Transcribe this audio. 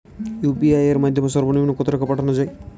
UPI এর মাধ্যমে সর্ব নিম্ন কত টাকা পাঠানো য়ায়?